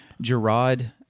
Gerard